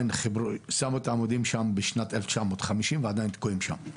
שמו את העמודים שם בשנת 1950 ועדיין תקועים שם.